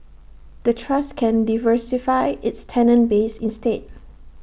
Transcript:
the trust can diversify its tenant base instead